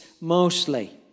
mostly